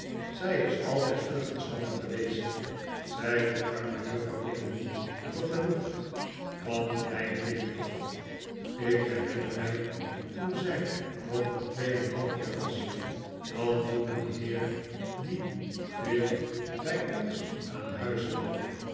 zij is altijd vlug en schrander geweest miynot bij juffrouw knag thuis zei de arme juffrouw nickleby vergenoegd van klein kind af ik berinner mij toen zij nog maar twee en een half jaar was dat toen een heer die veel bij ons aan huis kwam